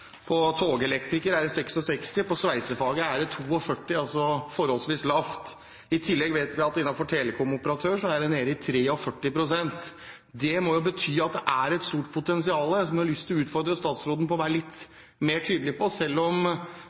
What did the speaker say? på sveisefaget er det 42 pst., altså forholdsvis få. I tillegg vet vi at innenfor telekomoperatører er det nede i 43 pst. Det må jo bety at det er et stort potensial, som jeg har lyst til å utfordre statsråden til å være litt mer tydelig på. Selv om